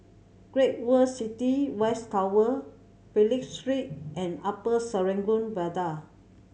Great World City West Tower Phillip Street and Upper Serangoon Viaduct